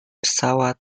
pesawat